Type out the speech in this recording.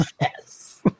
Yes